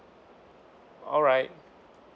alright